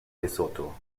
lesotho